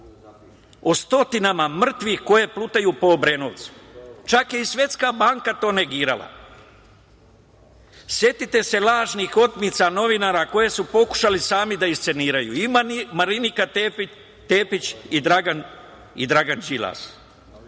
o stotinama mrtvih koje plutaju po Obrenovcu. Čak je i Svetska banka to negirala. Setite se lažnih otmica novinara koje su pokušali sami da isceniraju i Marinika Tepić i Dragan